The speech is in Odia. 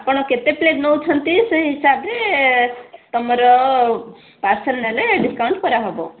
ଆପଣ କେତେ ପ୍ଲେଟ୍ ନେଉଛନ୍ତି ସେହି ହିସାବରେ ତୁମର ପାର୍ସଲ ନେଲେ ଡିସକାଉଣ୍ଟ କରାହେବ